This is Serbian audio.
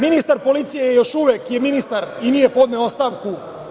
Ministar policije još uvek je ministar i nije podneo ostavku.